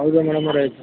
ಹೌದು ಮೇಡಮ್ಮೋರೆ